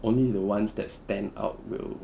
only the ones that stand out will